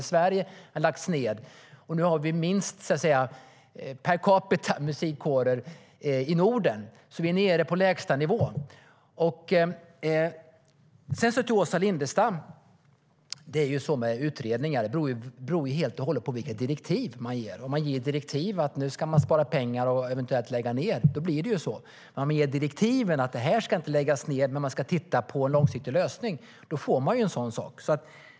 Men tre har lagts ned. Nu har vi minst antal musikkårer per capita i Norden. Vi är nere på lägstanivå. När det gäller utredningar beror det helt och hållet på vilka direktiv som ges, Åsa Lindestam. Om det ges direktiv om att man nu ska spara pengar och eventuellt lägga ned blir det på det sättet. Men om det ges direktiv om att man inte ska lägga ned men att man ska titta på en långsiktig lösning får man en sådan sak.